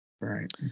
Right